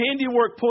handiwork